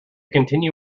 continue